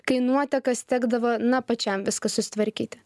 kai nuotekas tekdavo na pačiam viską susitvarkyti